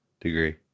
degree